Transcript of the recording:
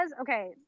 okay